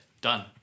Done